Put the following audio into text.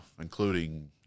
including